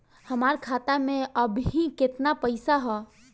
हमार खाता मे अबही केतना पैसा ह?